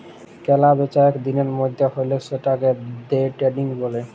কেলা বেচা এক দিলের মধ্যে হ্যলে সেতাকে দে ট্রেডিং ব্যলে